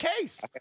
case